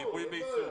בריפוי בעיסוק,